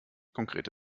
konkrete